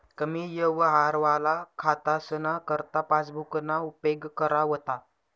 कमी यवहारवाला खातासना करता पासबुकना उपेग करा व्हता